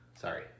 Sorry